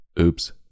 Oops